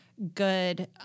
good